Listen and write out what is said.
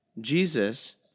Jesus